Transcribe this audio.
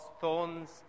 thorns